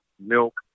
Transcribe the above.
milk